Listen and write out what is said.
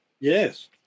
Yes